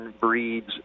breeds